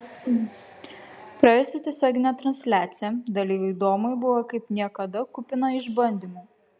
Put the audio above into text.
praėjusi tiesioginė transliacija dalyviui domui buvo kaip niekada kupina išbandymų